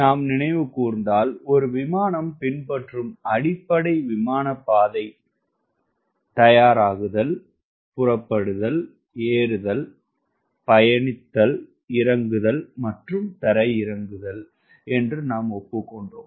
நாம் நினைவு கூர்ந்தால் ஒரு விமானம் பின்பற்றும் அடிப்படை விமானப் பாதை தயாராகுதல் புறப்படுதல் ஏறுதல் பயணித்தல் இறங்குதல் மற்றும் தரையிறங்குதல் என்று நாம் ஒப்புக் கொண்டோம்